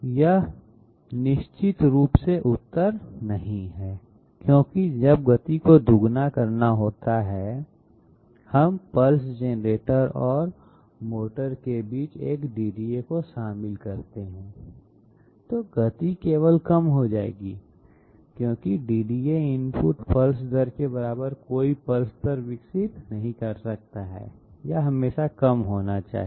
यह निश्चित रूप से उतर नहीं है क्योंकि जब गति को दोगुना करना होता है यदि हम पल्स जनरेटर और मोटर के बीच एक DDA को शामिल करते हैं तो गति केवल कम हो जाएगी क्योंकि DDA इनपुट पल्स दर के बराबर कोई पल्स दर विकसित नहीं कर सकता है यह हमेशा कम होना चाहिए